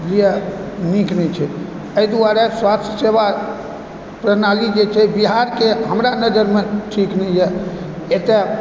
लिए नीक नहि छै एहि दुआरे स्वास्थ्य सेवा प्रणाली जे छै बिहारके हमरा नजरिमे ठीक नहि यऽ एतय